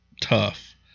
tough